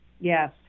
Yes